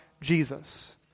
Jesus